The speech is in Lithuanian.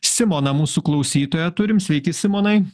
simoną mūsų klausytoją turim sveiki simonai